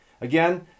Again